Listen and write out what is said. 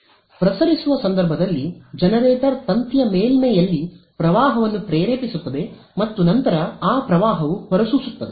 ಪ್ರಸರಿಸುವ ಸಂದರ್ಭದಲ್ಲಿ ಜನರೇಟರ್ ತಂತಿಯ ಮೇಲ್ಮೈಯಲ್ಲಿ ಪ್ರವಾಹವನ್ನು ಪ್ರೇರೇಪಿಸುತ್ತದೆ ಮತ್ತು ನಂತರ ಆ ಪ್ರವಾಹವು ಹೊರಸೂಸುತ್ತದೆ